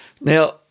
Now